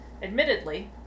Admittedly